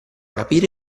capire